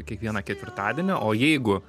kiekvieną ketvirtadienį o jeigu